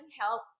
help